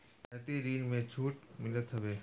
रियायती ऋण में छूट मिलत हवे